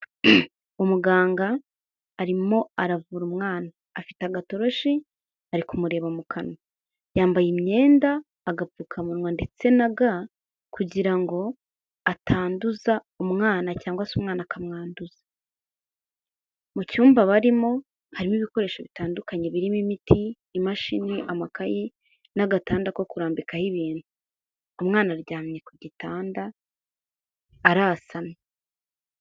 Umuganga arimo aravura umwana afite agatoroshi, ari kumureba mu kanwa, yambaye imyenda, agapfukamunwa, ndetse na ga kugira ngo atanduza umwana cyangwa se umwana akamwanduza, mu cyumba barimo harimo ibikoresho bitandukanye birimo imiti, imashini, amakayi, n'agatanda ko kurambikaho ibintu, umwana aryamye ku gitanda arasamye.